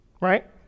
Right